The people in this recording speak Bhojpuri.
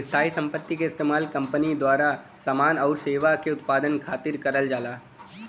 स्थायी संपत्ति क इस्तेमाल कंपनी द्वारा समान आउर सेवा के उत्पादन खातिर करल जाला